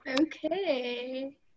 Okay